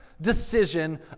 decision